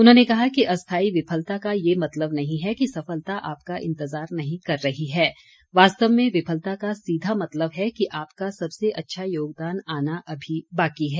उन्होंने कहा कि अस्थाई विफलता का यह मतलब नहीं है कि सफलता आपका इंतजार नहीं कर रही है वास्तव में विफलता का सीधा मतलब है कि आपका सबसे अच्छा योगदान आना अभी बाकी है